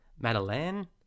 madeline